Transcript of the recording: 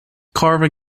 carver